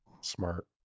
Smart